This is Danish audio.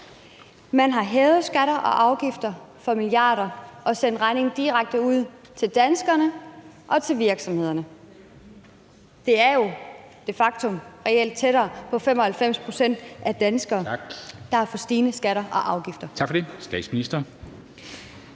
Man har hævet skatter og afgifter for milliarder og sendt regningen direkte ud til danskerne og til virksomhederne. Det er jo de facto reelt tættere på 95 pct. af danskerne, der har fået stigende skatter og afgifter.